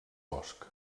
bosc